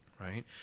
Right